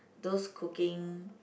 those cooking